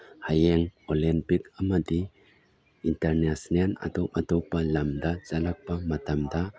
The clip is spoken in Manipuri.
ꯍꯌꯦꯡ ꯑꯣꯂꯦꯝꯄꯤꯛ ꯑꯃꯗꯤ ꯏꯟꯇꯔꯅꯦꯁꯅꯦꯟ ꯑꯦꯇꯣꯞ ꯑꯇꯣꯞꯄ ꯂꯝꯗ ꯆꯠꯂꯛꯄ ꯃꯇꯝꯗ